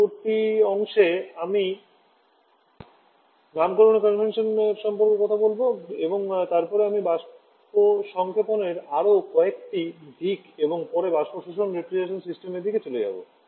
পরবর্তী অংশে আমি নামকরণের কনভেনশন সম্পর্কে কথা বলব এবং তারপরে আমি বাষ্প সংক্ষেপণের আরও কয়েকটি দিক এবং পরে বাষ্প শোষণ রেফ্রিজারেশন সিস্টেমের দিকে চলে যাব